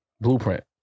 Blueprint